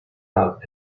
out